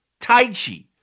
Taichi